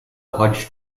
hodge